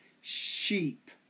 sheep